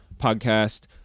podcast